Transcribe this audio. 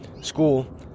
School